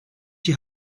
die